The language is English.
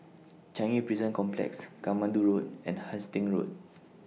Changi Prison Complex Katmandu Road and Hastings Road